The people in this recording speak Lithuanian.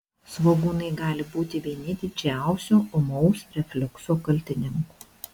svogūnai gali būti vieni didžiausių ūmaus refliukso kaltininkų